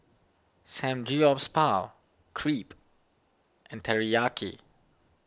Samgyeopsal Crepe and Teriyaki